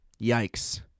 Yikes